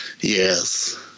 Yes